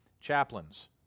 chaplains